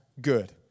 good